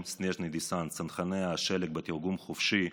"סנז'ני דסנט" צנחני השלג בתרגום חופשי,